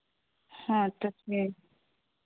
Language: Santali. ᱦᱮᱸ ᱛᱚ ᱴᱷᱤᱠ